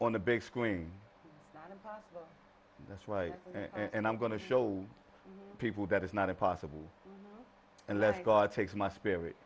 on the big screen that's right and i'm going to show people that it's not impossible unless god takes my spirit